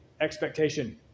expectation